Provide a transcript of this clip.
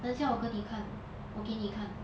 等下我跟你看我给你看